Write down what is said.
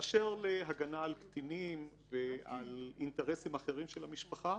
באשר להגנה על קטינים ועל אינטרסים אחרים של המשפחה